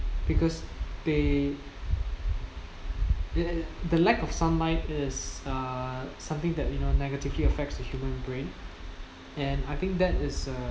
because they the the lack of sunlight is uh something that you know negatively affects the human brain and I think that is uh